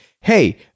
hey